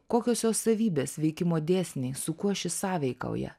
kokios jo savybės veikimo dėsniai su kuo šis sąveikauja